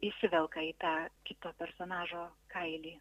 įsivelka į tą kito personažo kailį